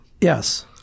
Yes